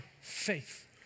faith